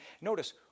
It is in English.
notice